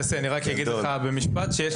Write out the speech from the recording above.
יוסי, אני רק אגיד לך במשפט, בנוגע